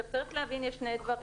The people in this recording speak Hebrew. צריך להבין שני דברים.